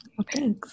Okay